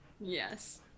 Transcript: yes